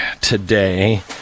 today